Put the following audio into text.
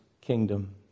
kingdom